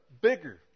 bigger